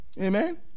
Amen